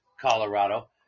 Colorado